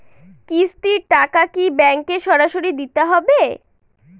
কিস্তির টাকা কি ব্যাঙ্কে সরাসরি দিতে হবে?